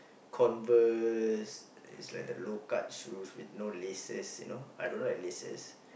Converse it's like the low cut shoes with no laces you know I don't like laces